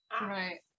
Right